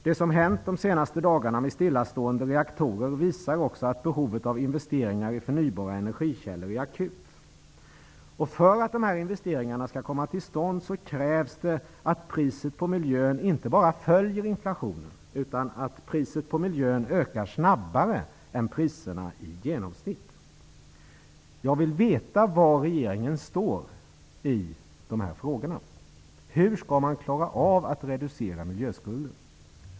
Det som hänt de senaste dagarna med stillastående reaktorer visar att behovet av investeringar i förnybara energikällor är akut. För att dessa investeringar skall komma till stånd krävs det att priset på miljön inte bara följer inflationen utan ökar snabbare än priserna i genomsnitt. Jag vill veta var regeringen står i dessa frågor. Hur skall man klara av att reducera miljöskulden?